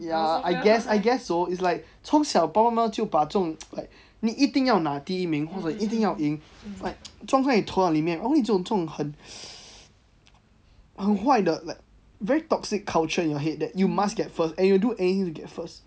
I guess I guess so it's like 从小爸爸妈妈呢就把这种 like 你一定要拿第一名或者一定要赢 like 状态拖到里面然后你就这种很 很坏的 like very toxic culture in your head that you must get first and you do anything to get first